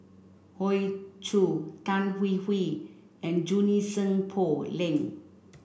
Hoey Choo Tan Hwee Hwee and Junie Sng Poh Leng